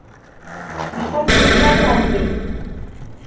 हमको पूरा चाहिए